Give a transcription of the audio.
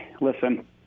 listen